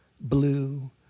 blue